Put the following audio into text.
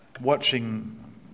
watching